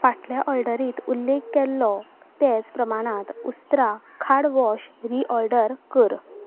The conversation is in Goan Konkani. फाटल्या ऑर्डरींत उल्लेख केल्लो तेच प्रमाणांत उस्त्रा खाडवॉश रिऑर्डर कर